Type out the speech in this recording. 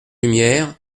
lumière